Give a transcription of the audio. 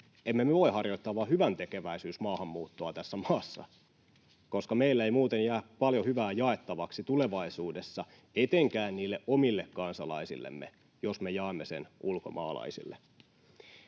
me voi harjoittaa vain hyväntekeväisyysmaahanmuuttoa tässä maassa, koska meillä ei muuten jää paljon hyvää jaettavaksi tulevaisuudessa etenkään omille kansalaisillemme, jos me jaamme sen ulkomaalaisille.